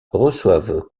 reçoivent